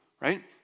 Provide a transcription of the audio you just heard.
right